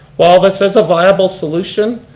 while this is a viable solution,